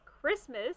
Christmas